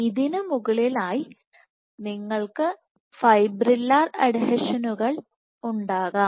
ഇതിനു മുകളിലായി നിങ്ങൾക്ക് ഫൈബ്രില്ലർ അഡ്ഹീഷനുകൾ ഉണ്ടാകാം